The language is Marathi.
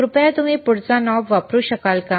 कृपया तुम्ही पुढचा नॉब वापरू शकाल का